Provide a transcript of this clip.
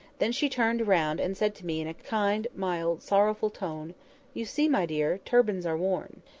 then she turned round, and said to me, in a kind, mild, sorrowful tone you see, my dear, turbans are worn.